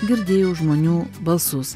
girdėjau žmonių balsus